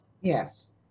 Yes